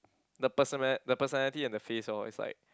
the persona~ the personality and the face lor is like